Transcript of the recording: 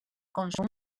consum